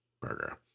burger